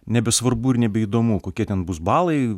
nebesvarbu ir nebeįdomu kokie ten bus balai